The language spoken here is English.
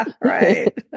right